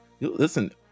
listen